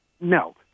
no